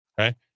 okay